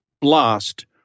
blast